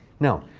now,